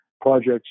projects